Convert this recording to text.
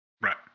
Right